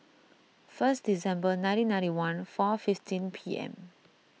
first December nineteen ninety one far fifteen P M